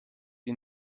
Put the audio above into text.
die